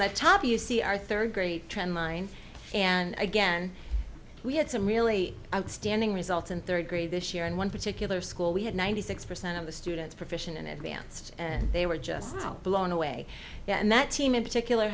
the top you see our third grade trend line and again we had some really outstanding results in third grade this year and one particular school we had ninety six percent of the students profession in advanced and they were just blown away and that team in particular